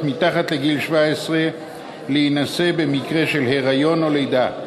מתחת לגיל 17 להינשא במקרה של היריון או לידה,